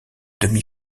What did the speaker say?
demi